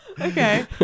okay